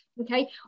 okay